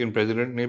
President